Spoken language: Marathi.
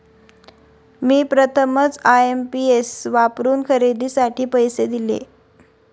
मी प्रथमच आय.एम.पी.एस वापरून खरेदीसाठी पैसे दिले